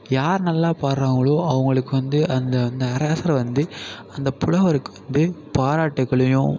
யார் நல்லா பாடுறாங்களோ அவங்களுக்கு வந்து அந்தந்த அரசர் வந்து அந்த புலவருக்கு வந்து பாராட்டுக்களையும்